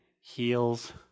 heals